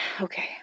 Okay